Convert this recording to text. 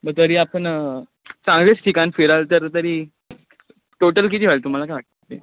मग तरी आपण चांगलेच ठिकाण फिराल तर तरी टोटल किती होईल तुम्हाला काय वाटतं आहे